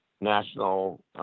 national